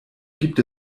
gibt